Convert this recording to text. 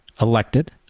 elected